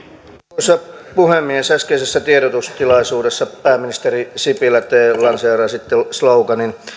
arvoisa puhemies äskeisessä tiedotustilaisuudessa pääministeri sipilä te lanseerasitte sloganin